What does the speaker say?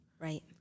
right